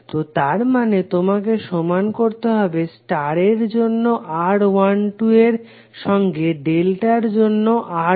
তো তার মানে তোমাকে সমান করতে হবে স্টারের জন্য R12 এর সঙ্গে ডেল্টার জন্য R12 কে